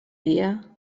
dia